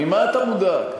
ממה אתה מודאג?